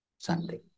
Sunday